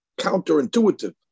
counterintuitive